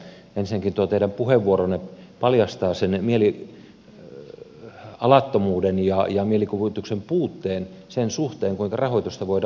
ensinnäkin tuo teidän puheenvuoronne paljastaa sen näköalattomuuden ja mielikuvituksen puutteen sen suhteen kuinka rahoitusta voidaan järjestää